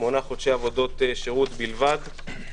שמונה חודשי עבודות שירות בלבד.